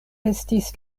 estis